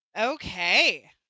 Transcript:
Okay